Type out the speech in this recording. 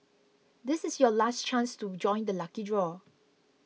this is your last chance to join the lucky draw